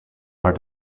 are